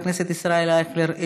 חבר הכנסת ישראל אייכלר,